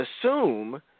assume